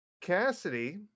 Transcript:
Cassidy